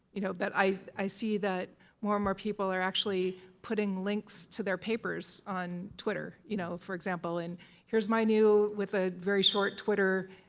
you know but i see that more and more people are actually putting links to their papers on twitter. you know for example. and here is my new with a very short twitter